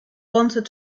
wanted